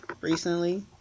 recently